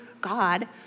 God